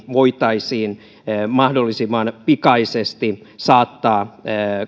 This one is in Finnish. voitaisiin mahdollisimman pikaisesti saattaa